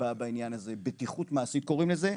בעניין הזה, בטיחות מעשית קוראים לזה.